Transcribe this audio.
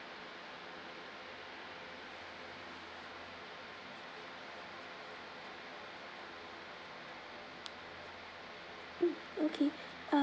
mm okay uh